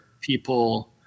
people